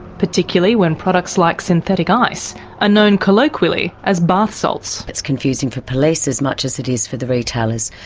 particularly when products like synthetic ice are ah known colloquially as bath salts. it's confusing for police as much as it is for the retailers.